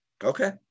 Okay